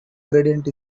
gradient